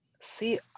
See